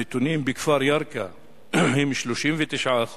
הנתונים בכפר ירכא הם 39%,